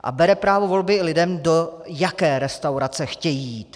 A bere právo volby lidem, do jaké restaurace chtějí jít.